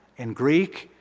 in greek,